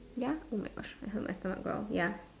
ya oh my gosh I heard my stomach growl ya